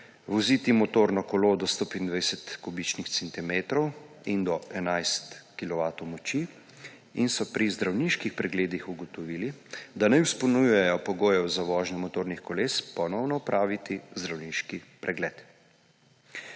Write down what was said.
voziti motorno kolo do 125 kubičnih centimetrov in do 11 kilovatov moči in so pri zdravniških pregledih ugotovili, da ne izpolnjujejo pogojev za vožnjo motornih koles, ponovno opraviti zdravniški pregled.